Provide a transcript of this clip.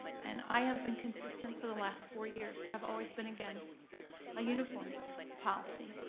and i have been consistent for the last four years. i've always been against a uniform policy.